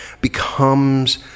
becomes